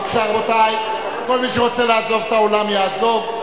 בבקשה, רבותי, כל מי שרוצה לעזוב את האולם, יעזוב.